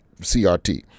CRT